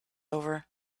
over